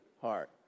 heart